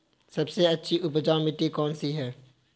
सबसे अच्छी उपजाऊ मिट्टी कौन सी है?